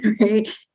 right